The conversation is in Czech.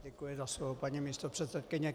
Děkuji za slovo, paní místopředsedkyně.